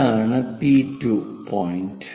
ഇതാണ് P 2 point